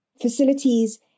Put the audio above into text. facilities